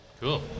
Cool